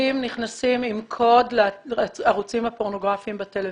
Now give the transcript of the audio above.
נכנסים עם קוד לערוצים הפורנוגרפיים בטלוויזיה?